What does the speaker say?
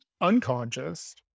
unconscious